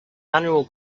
annual